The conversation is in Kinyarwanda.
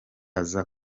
aza